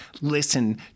listen